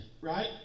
right